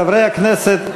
חברי הכנסת,